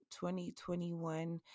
2021